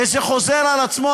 וזה חוזר על עצמו,